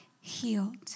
healed